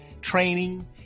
training